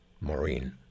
Maureen